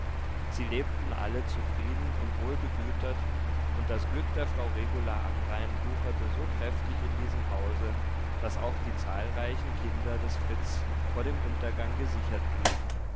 sie lebten alle zufrieden und wohlbegütert und das glück der frau regula amrain wucherte so kräftig in diesem hause daß auch die zahlreichen kinder des fritz vor dem untergang gesichert blieben